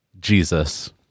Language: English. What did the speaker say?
Jesus